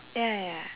ya ya ya